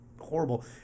horrible